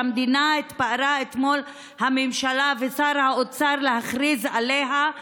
שהממשלה התפארה בה אתמול ושר האוצר הכריז עליה,